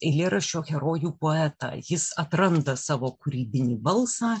eilėraščio herojų poetą jis atranda savo kūrybinį balsą